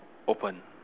open